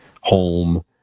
home